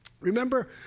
Remember